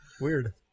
Weird